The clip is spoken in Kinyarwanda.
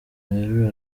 rero